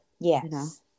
Yes